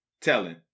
Telling